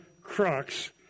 crux